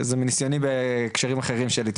זה מניסיוני בהקשרים אחרים שלי,